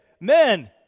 men